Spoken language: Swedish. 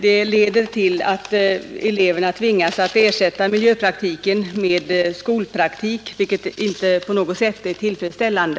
Detta leder till att eleverna tvingas ersätta miljöpraktiken med skolpraktik, vilket inte på något sätt är tillfredsställande.